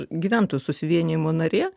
gyventojų susivienijimo narė